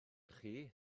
chi